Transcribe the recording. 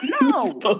No